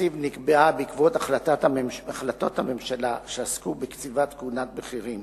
הנציב נקבעה בעקבות החלטות הממשלה שעסקו בקציבת כהונת בכירים,